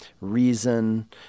reason